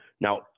Now